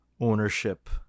ownership